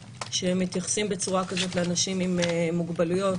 שמתייחסים בצורה כזאת לאנשים עם מוגבלות.